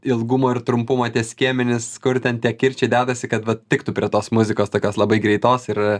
ilgumo ir trumpumo tie skiemenys kur ten tie kirčiai dedasi kad vat tiktų prie tos muzikos tokios labai greitos ir